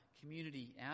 community